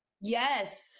yes